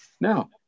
Now